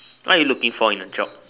what you looking for in a job